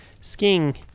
Skiing